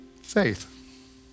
faith